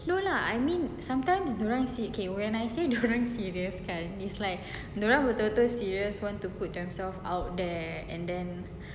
no lah I mean sometimes dia orang si~ K when I say dia orang serious kan it's like dia orang betul-betul serious want to put themselves out there